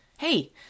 Hey